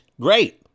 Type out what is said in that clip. great